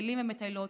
מטיילים ומטיילות,